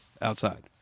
outside